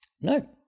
No